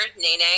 Nene